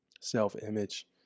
self-image